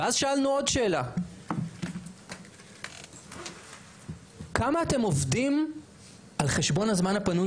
ואז שאלנו עוד שאלה: ׳כמה אתם עובדים על חשבון הזמן הפנוי